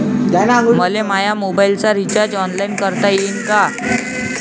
मले माया मोबाईलचा रिचार्ज ऑनलाईन करता येईन का?